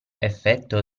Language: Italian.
effetto